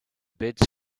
bids